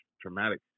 traumatic